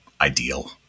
ideal